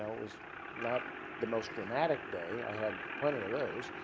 it was not the most dramatic day. i had plenty of those.